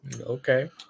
Okay